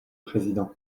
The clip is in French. président